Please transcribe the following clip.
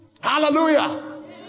Hallelujah